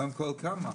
קודם כל כמה.